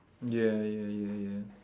ya ya ya ya